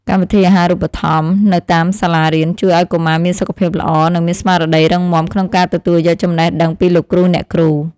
កម្មវិធីអាហាររូបត្ថម្ភនៅតាមសាលារៀនជួយឱ្យកុមារមានសុខភាពល្អ និងមានស្មារតីរឹងមាំក្នុងការទទួលយកចំណេះដឹងពីលោកគ្រូអ្នកគ្រូ។